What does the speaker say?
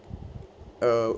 err